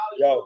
yo